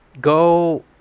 Go